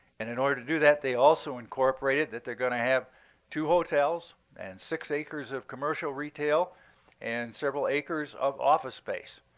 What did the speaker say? and in order to do that, they also incorporated that they're going to have two hotels and six acres of commercial retail and several acres of office space.